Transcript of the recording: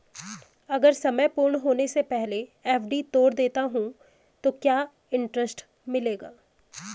अगर समय पूर्ण होने से पहले एफ.डी तोड़ देता हूँ तो क्या इंट्रेस्ट मिलेगा?